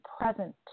present